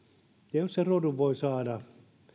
ja jos sen rodun voi saada